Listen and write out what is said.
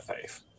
faith